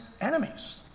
enemies